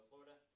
Florida